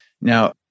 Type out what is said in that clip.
Now